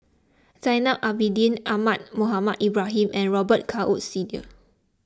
Zainal Abidin Ahmad Mohamed Ibrahim and Robet Carr Woods Senior